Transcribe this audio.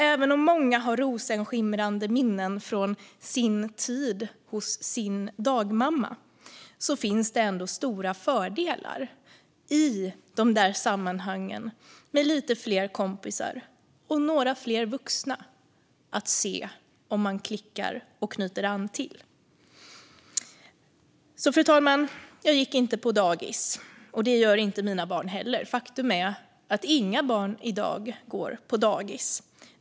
Även om många har rosenskimrande minnen från sin tid hos sin dagmamma finns det ändå stora fördelar i de där sammanhangen med lite fler kompisar och några fler vuxna att se om man klickar med och knyter an till. Fru talman! Jag gick inte på dagis, och det gör inte mina barn heller. Faktum är att inga barn i dag går på dagis.